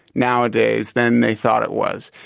nowadays, than they thought it was.